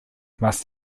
must